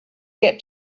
get